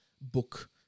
book